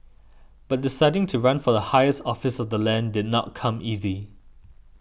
but deciding to run for the highest office of the land did not come easy